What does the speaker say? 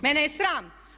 Mene je sram!